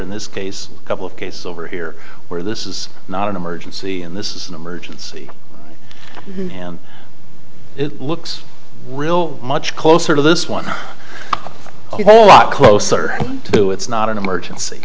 in this case a couple of cases over here where this is not an emergency and this is an emergency in him it looks real much closer to this one ok a lot closer to it's not an emergency